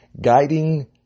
guiding